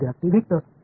विद्यार्थीः वेक्टर